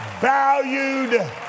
valued